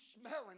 smelling